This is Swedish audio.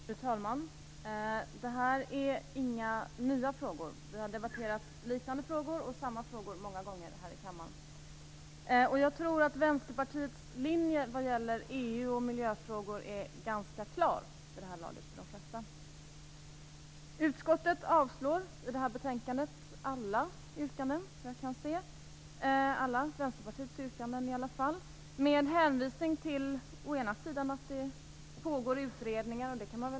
Fru talman! Det här är inga nya frågor. Vi har debatterat liknande frågor - och samma frågor - många gånger här i kammaren. Jag tror att Vänsterpartiets linje vad gäller EU och miljöfrågor är ganska klar för de flesta vid det här laget. Utskottet avslår vad jag kan se alla yrkanden i det här betänkandet, alla Vänsterpartiets yrkanden i alla fall. Man hänvisar å ena sidan till att det pågår utredningar.